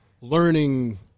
learning